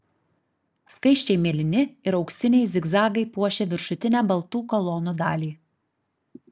skaisčiai mėlyni ir auksiniai zigzagai puošė viršutinę baltų kolonų dalį